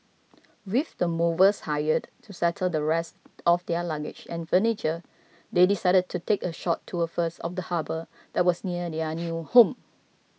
with the movers hired to settle the rest of their luggage and furniture they decided to take a short tour first of the harbour that was near their new home